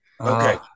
Okay